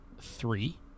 three